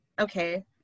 okay